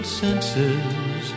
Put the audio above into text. senses